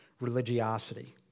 religiosity